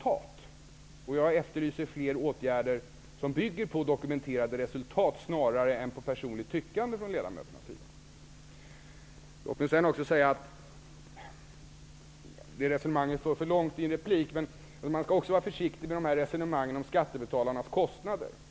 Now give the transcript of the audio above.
Jag efterlyser fler åtgärder som bygger på dokumenterade resultat, snarare än på personligt tyckande från ledamöternas sida. Jag skall också komma in litet på resonemanget om skattebetalarnas kostnader -- även om tiden egentligen inte räcker till i en replik. Man skall vara försiktig när man talar om detta.